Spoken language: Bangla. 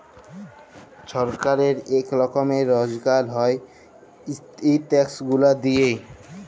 ছরকারের ইক রকমের রজগার হ্যয় ই ট্যাক্স গুলা দিঁয়ে